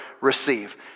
receive